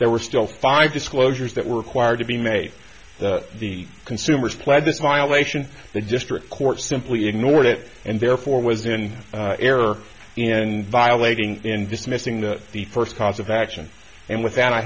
there were still five disclosures that were required to be made the consumers pled this violation the district court simply ignored it and therefore was in error in violating in dismissing the the first cause of action and with that i